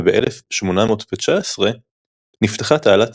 וב-1819 נפתחה תעלת